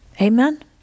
Amen